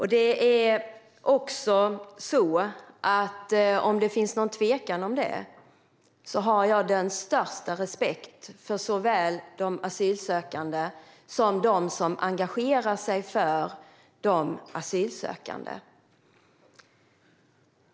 Jag vill också säga - om det nu finns några tvivel om det - att jag har den största respekt såväl för de asylsökande som för dem som engagerar sig för de asylsökande.